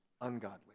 Ungodly